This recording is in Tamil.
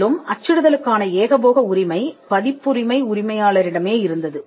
மேலும் அச்சிடுதலுக்கான ஏகபோக உரிமை பதிப்புரிமை உரிமையாளரிடமே இருந்தது